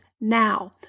now